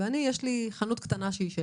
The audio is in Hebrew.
ואני יש לי חנות קטנה שהיא שלי.